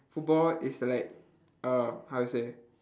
football is like uh how to say